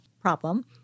problem